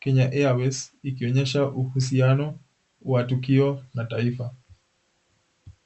Kenya Airways, ikionyesha uhusiano wa tukio la na taifa.